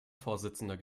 vorsitzender